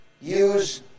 use